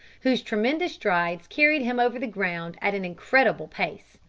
whose tremendous strides carried him over the ground at an incredible pace.